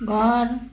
घर